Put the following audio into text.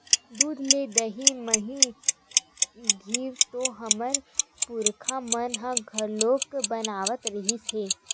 दूद ले दही, मही, घींव तो हमर पुरखा मन ह घलोक बनावत रिहिस हे